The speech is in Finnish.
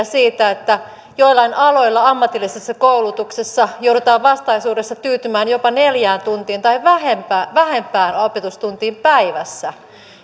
siitä että joillain aloilla ammatillisessa koulutuksessa joudutaan vastaisuudessa tyytymään jopa neljään tai vähempään vähempään opetustuntiin päivässä